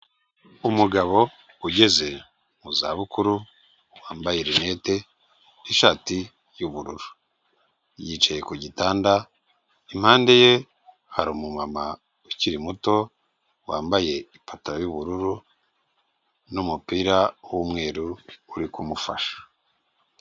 Umugabo ugeze mu za bukuru wambaye rinete n'ishati y'ubururu, yicaye ku gitanda impande ye hari umumama ukiri muto wambaye ipantaro y'ubururu n'umupira w'umweru uri kumufasha.